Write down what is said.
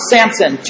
Samson